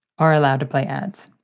are allowed to play ads.